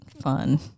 fun